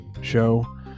show